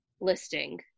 listing